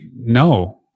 no